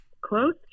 close